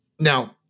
Now